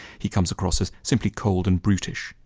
he comes across as simply cold and brutish.